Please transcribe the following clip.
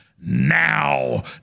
Now